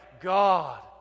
God